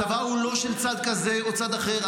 הצבא הוא לא של צד כזה או צד אחר,